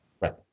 Right